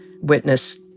witness